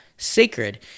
sacred